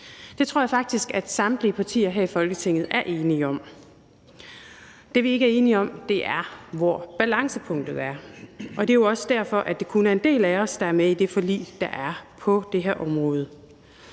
Det tror jeg faktisk at samtlige partier her i Folketinget er enige om. Det, vi ikke er enige om, er, hvor balancepunktet er. Det er også derfor, at det kun er en del af os, der er med i det forlig, der er indgået på det her område.